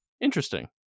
Interesting